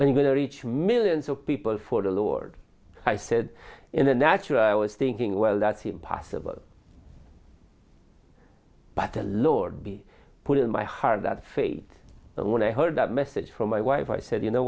even to reach millions of people for the lord i said in a natural i was thinking well that's impossible but a lord be put in my heart that faith and when i heard that message from my wife i said you know